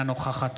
אינה נוכחת